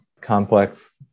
complex